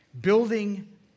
Building